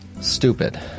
Stupid